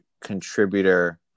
contributor